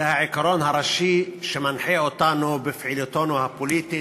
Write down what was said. זה העיקרון הראשי שמנחה אותנו בפעילותנו הפוליטית.